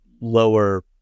lower